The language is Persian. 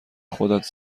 خودت